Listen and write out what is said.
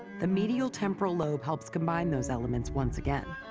the medial temporal lobe helps combine those elements once again.